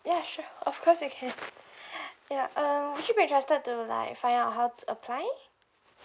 ya sure of course you can ya um would you be interested to like finding out how to apply